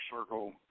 circle